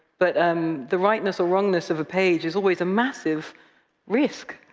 but um the rightness or wrongness of a page is always a massive risk.